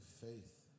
faith